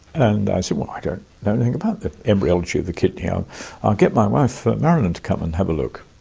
and i said, i don't know anything about the embryology of the kidney. um i'll get my wife marilyn to come and have a look.